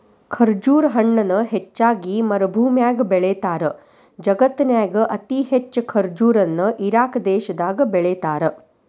ಖರ್ಜುರ ಹಣ್ಣನ ಹೆಚ್ಚಾಗಿ ಮರಭೂಮ್ಯಾಗ ಬೆಳೇತಾರ, ಜಗತ್ತಿನ್ಯಾಗ ಅತಿ ಹೆಚ್ಚ್ ಖರ್ಜುರ ನ ಇರಾಕ್ ದೇಶದಾಗ ಬೆಳೇತಾರ